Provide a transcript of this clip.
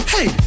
Hey